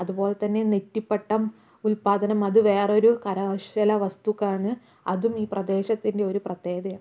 അതുപോലെ തന്നെ നെറ്റിപ്പട്ടം ഉല്പാദനം അത് വേറൊരു കരകൗശലവസ്തുവാണ് അതും ഈ പ്രദേശത്തിൻ്റെ ഒരു പ്രത്യേകതയാണ്